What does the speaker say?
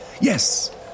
Yes